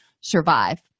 survive